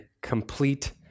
complete